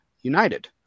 United